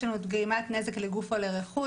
יש לנו את גרימת נזק לגוף או לרכוש,